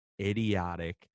idiotic